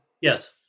Yes